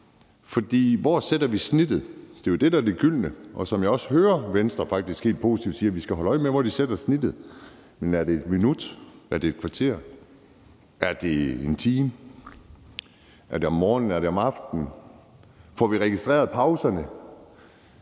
Hvor lægger vi snittet? Det er jo det, der er det gyldne spørgsmål, og jeg hører også Venstre faktisk helt positivt sige, at vi skal holde øje med, hvor de lægger snittet. Er det et minut? Er det et kvarter? Er det en time? Er det om morgenen? Er det om aftenen? Får vi registreret pauserne?